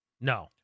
No